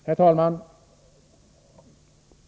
Herr talman!